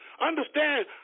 understand